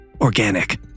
organic